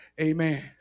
Amen